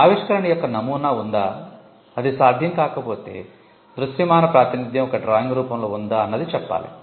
ఆవిష్కరణ యొక్క నమూనా ఉందా అది సాధ్యం కాకపోతే దృశ్యమాన ప్రాతినిధ్యం ఒక డ్రాయింగ్ రూపంలో ఉందా అన్నది చెప్పాలి